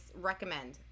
recommend